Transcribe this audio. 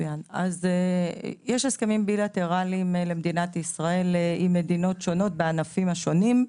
למדינת ישראל יש הסכמים בילטרליים עם מדינות שונות בענפים השונים.